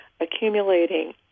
accumulating